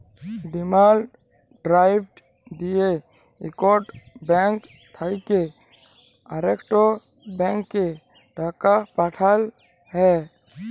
demand draft দিঁয়ে ইকট bank থ্যাইকে আরেকট ব্যাংকে টাকা পাঠাল হ্যয়